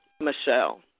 Michelle